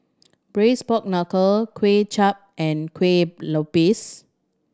Braised Pork Knuckle Kuay Chap and Kuih Lopes